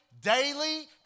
daily